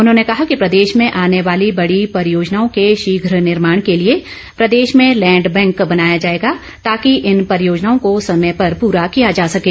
उन्होंने कहा कि प्रदेश में आने वाली बड़ी परियोजनाओं के शीघ निर्माण के लिए प्रदेश में लैंड बैंक बनाया जाएगा ताकि इन परियोजनाओं को समय पर पूरा किया जा सकें